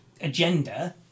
agenda